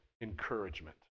encouragement